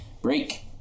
Break